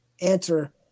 answer